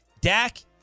Dak